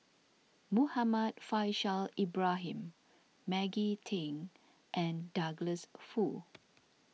Muhammad Faishal Ibrahim Maggie Teng and Douglas Foo